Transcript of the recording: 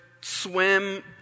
swim